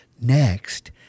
next